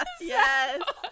Yes